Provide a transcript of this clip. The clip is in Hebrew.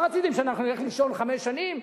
מה רציתם, שאנחנו נלך לישון חמש שנים?